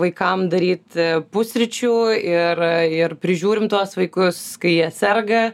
vaikam daryt pusryčių ir ir prižiūrim tuos vaikus kai jie serga